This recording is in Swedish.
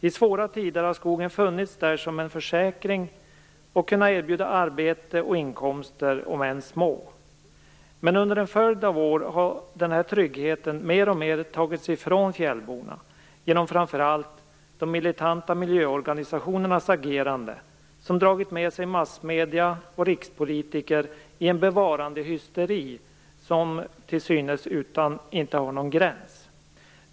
I svåra tider har skogen funnits där som en försäkring och kunnat erbjuda arbete och inkomster, om än små. Men under en följd av år har den här tryggheten mer och mer tagits ifrån fjällborna, genom framför allt de militanta miljöorganisationernas agerande, som dragit med sig massmedierna och rikspolitiker i en bevarandehysteri, som till synes inte har någon gräns.